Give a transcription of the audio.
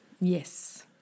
yes